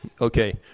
Okay